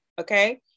okay